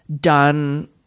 done